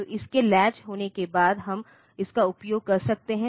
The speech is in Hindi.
तो इसके लैच होने के बाद हम इसका उपयोग कर सकते हैं